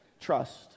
Trust